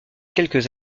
quelques